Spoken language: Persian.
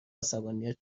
عصبانیت